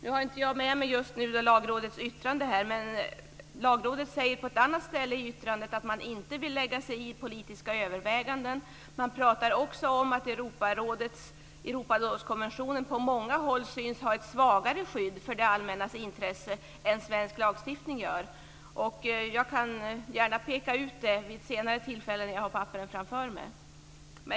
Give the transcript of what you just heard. Nu har jag inte med mig Lagrådets yttrande, men man säger på ett annat ställe i yttrandet att man inte vill lägga sig i politiska överväganden. Man pratar också om att Europarådskonventionen på många håll tycks innebära ett svagare skydd för det allmännas intresse än svensk lagstiftning. Jag kan gärna peka ut det vid ett senare tillfälle, när jag har papperen framför mig.